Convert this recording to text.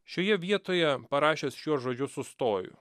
šioje vietoje parašęs šiuos žodžius sustoju